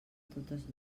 totes